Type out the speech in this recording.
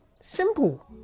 Simple